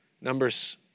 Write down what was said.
Numbers